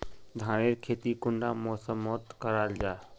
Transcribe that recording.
धानेर खेती कुंडा मौसम मोत करा जा?